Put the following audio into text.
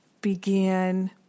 began